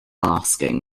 asking